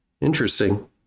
Interesting